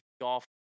golf